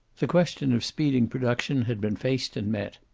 the question of speeding production had been faced and met.